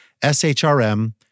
SHRM